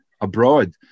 abroad